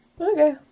Okay